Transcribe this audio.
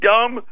Dumb